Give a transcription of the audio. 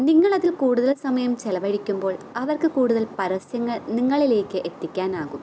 നിങ്ങളതിൽ കൂടുതൽ സമയം ചെലവഴിക്കുമ്പോൾ അവർക്ക് കൂടുതൽ പരസ്യങ്ങൾ നിങ്ങളിലേക്ക് എത്തിക്കാനാകും